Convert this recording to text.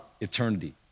eternity